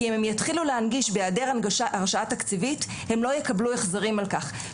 כי אם הן יתחילו להנגיש בהעדר הרשאה תקציבית הן לא יקבלו החזרים על-כך.